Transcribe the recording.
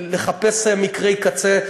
לחפש מקרי קצה,